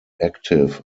active